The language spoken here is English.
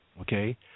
Okay